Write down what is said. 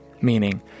meaning